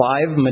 Five